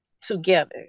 together